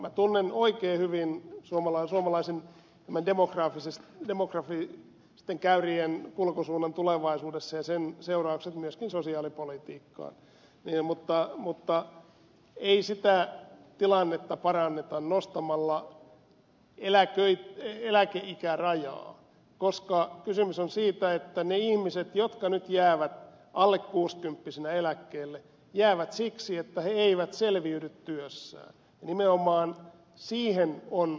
minä tunnen oikein hyvin suomen demografisten käyrien kulkusuunnan tulevaisuudessa ja sen seuraukset myöskin sosiaalipolitiikkaan mutta ei sitä tilannetta paranneta nostamalla eläkeikärajaa koska kysymys on siitä että ne ihmiset jotka nyt jäävät alle kuusikymppisinä eläkkeelle jäävät siksi että he eivät selviydy työssään ja nimenomaan siihen on vaikutettava